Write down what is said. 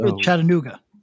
chattanooga